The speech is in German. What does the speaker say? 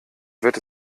wird